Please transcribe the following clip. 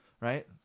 right